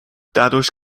dadurch